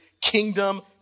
kingdom